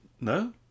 No